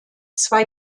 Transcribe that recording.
zwei